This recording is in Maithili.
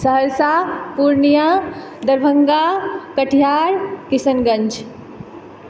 सहरसा पूर्णिया दरभंगा कटिहार किशनगंज